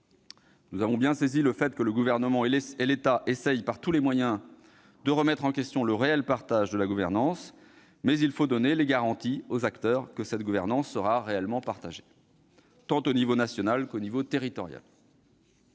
Nous avons bien compris que le Gouvernement et l'État essaient par tous les moyens de remettre en question le réel partage de la gouvernance, mais il faut donner aux acteurs les garanties que celle-ci sera réellement partagée, tant au niveau national qu'au niveau territorial.